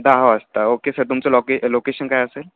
दहा वाजता okay sir तुमचं लोके लोकेशन काय असेल